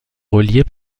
reliés